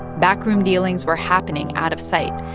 backroom dealings were happening out of sight.